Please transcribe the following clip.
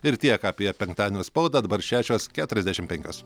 ir tiek apie penktadienio spaudą dabar šešios keturiasdešim penkios